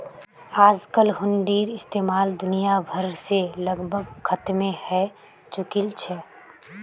आजकल हुंडीर इस्तेमाल दुनिया भर से लगभग खत्मे हय चुकील छ